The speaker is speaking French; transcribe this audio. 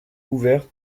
ouvert